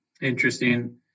Interesting